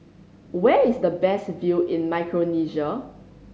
where is the best view in Micronesia